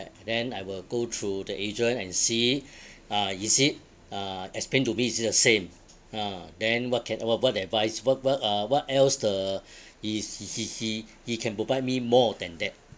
then I will go through the agent and see ah is it uh explain to me is it the same ah then what can uh uh what they advise what what uh what else the is he he he he can provide me more than that